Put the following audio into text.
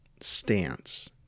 stance